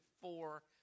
four